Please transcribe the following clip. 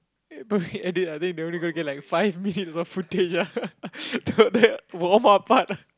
eh but edit I think they only gonna get like five minutes of footage ah the the warm up part